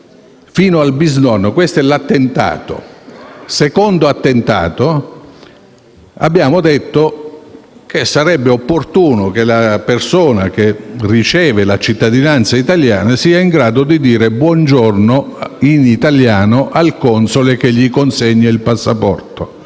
fino al nonno). Questo è il primo attentato. Il secondo attentato è che abbiamo detto che sarebbe opportuno che la persona che riceve la cittadinanza italiana sia in grado di dire «buongiorno» in italiano al console che gli consegna il passaporto.